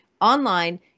online